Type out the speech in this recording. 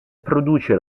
produce